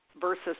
versus